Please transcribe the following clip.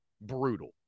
brutal